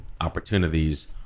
opportunities